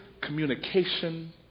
communication